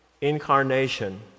incarnation